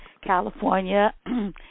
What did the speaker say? California